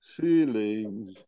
feelings